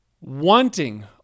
wanting